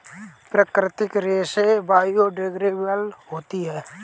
प्राकृतिक रेसे बायोडेग्रेडेबल होते है